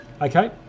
Okay